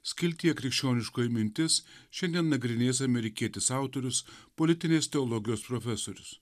skiltyje krikščioniškoji mintis šiandien nagrinės amerikietis autorius politinės teologijos profesorius